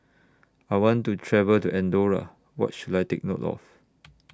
I want to travel to Andorra What should I Take note of